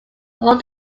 whole